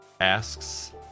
asks